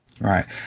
Right